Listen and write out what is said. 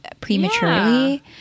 prematurely